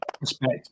respect